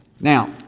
Now